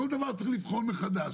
כל דבר צריך לבחון מחדש.